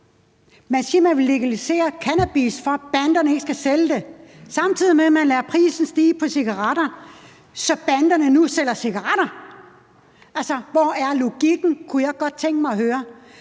Man siger, at man vil legalisere cannabis, for at banderne ikke skal sælge det, samtidig med at man lader prisen på cigaretter stige, så banderne nu sælger cigaretter. Altså, hvor er logikken? Det kunne jeg godt tænke mig at høre.